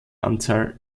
anzahl